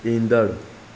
ईंदड़ु